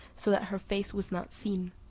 so that her face was not seen.